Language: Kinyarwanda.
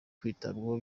kwitabwaho